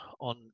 on